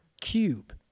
cube